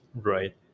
Right